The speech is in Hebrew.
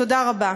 תודה רבה.